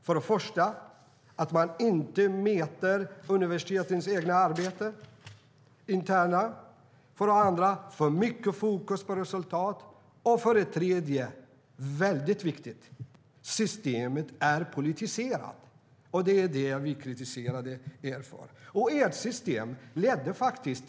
För det första mäter man inte universitetens egna interna arbete. För det andra är det för mycket fokus på resultat. För det tredje - väldigt viktigt - är systemet politiserat. Det är det vi kritiserade er för.